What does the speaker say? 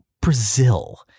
Brazil